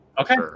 Okay